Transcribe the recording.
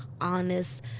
honest